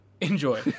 Enjoy